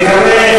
נקווה,